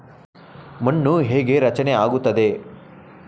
ಮಣ್ಣು ಹೇಗೆ ರಚನೆ ಆಗುತ್ತದೆ?